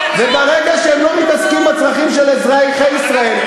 וברגע שהם לא מתעסקים בצרכים של אזרחי ישראל,